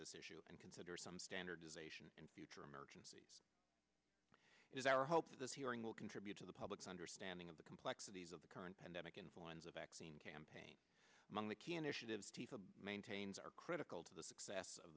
this issue and consider some standardization in future emergencies is our hope for this hearing will contribute to the public's understanding of the complexities of the current pandemic influenza vaccine campaign among the key an issue maintains are critical to the success of